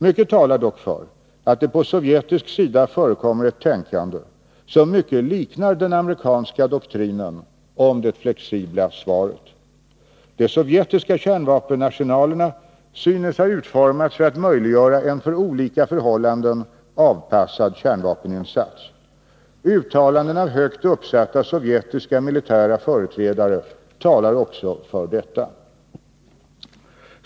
Mycket talar dock för att det på sovjetisk sida förekommer ett tänkande som mycket liknar den amerikanska doktrinen om ”det flexibla svaret”. De sovjetiska kärnvapenarsenalerna synes ha utformats för att möjliggöra en för olika förhållanden avpassad kärnvapeninsats. Uttalanden av högt uppsatta sovjetiska militära företrädare talar också för detta.